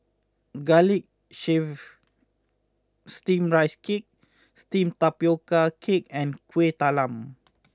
Garlic Chives Steamed Rice Cake Steamed Tapioca Cake and Kuih Talam